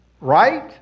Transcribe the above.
right